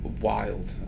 wild